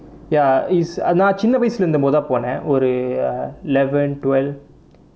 ya it's நா சின்ன வயசுலை இருக்கும்போதுதான் போனேன் ஒரு:naa chinna vayasulai irukkumpothuthaan ponaen oru eleven twelve